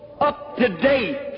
up-to-date